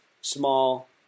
small